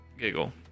giggle